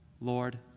Lord